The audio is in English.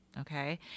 okay